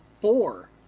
four